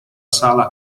sala